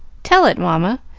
tell it, mamma.